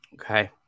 Okay